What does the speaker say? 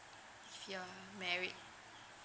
if you're married